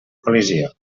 col·lisió